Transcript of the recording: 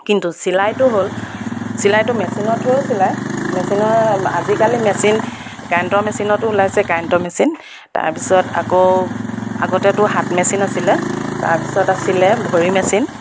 কিন্তু চিলাইটো হ'ল চিলাইটো মেচিনৰ থ্ৰোৱে চিলাই মেচিনৰ আজিকালি মেচিন কাৰেণ্টৰ মেচিনতো ওলাইছে কাৰেণ্ট মেচিন তাৰপিছত আকৌ আগতেতো হাত মেচিন আছিলে তাৰপিছত আছিলে ভৰি মেচিন